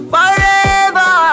Forever